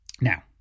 Now